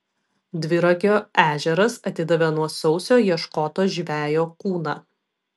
dviragio ežeras atidavė nuo sausio ieškoto žvejo kūną